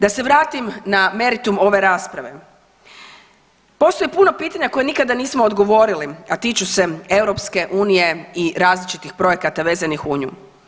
Da se vratim na meritum ove rasprave. postoji puno pitanja koje nikada nismo odgovorili, a tiču se EU i različitih projekata vezanih u nju.